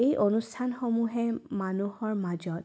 এই অনুষ্ঠানসমূহে মানুহৰ মাজত